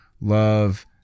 Love